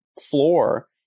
floor